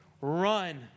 Run